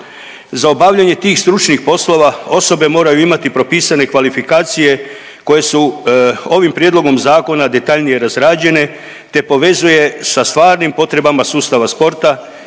Za obavljanje tih stručnih poslova osobe moraju propisane kvalifikacije koje su ovim prijedlogom zakona detaljnije razrađene te povezuje sa stvarnim potrebama sustava sporta